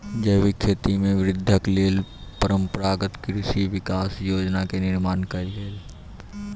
जैविक खेती में वृद्धिक लेल परंपरागत कृषि विकास योजना के निर्माण कयल गेल